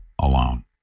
alone